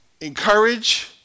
Encourage